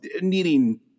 needing